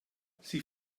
sie